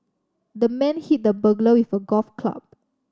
the man hit the burglar with a golf club